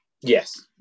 Yes